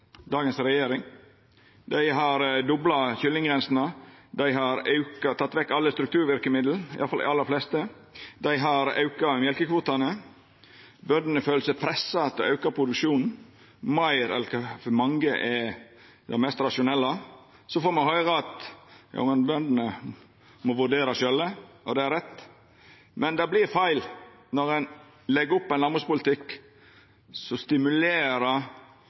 dagens regjering. Dei har dobla kyllinggrensene, dei har teke vekk alle strukturverkemiddel, iallfall dei aller fleste, dei har auka mjølkekvotane, og bøndene føler seg pressa til å auka produksjonen meir enn kva som for mange er det mest rasjonelle. Så får me høyra at bøndene må vurdera sjølve, og det er rett. Men det vert feil når ein legg opp til ein landbrukspolitikk som stimulerer